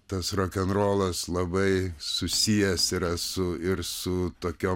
tas rokenrolas labai susijęs yra su ir su tokiom